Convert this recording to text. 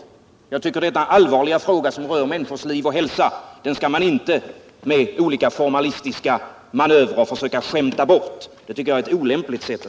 När det gäller en så allvarlig fråga som den om människors liv och hälsa skall man inte försöka skämta bort den. Ett sådant sätt att diskutera tycker jag är olämpligt.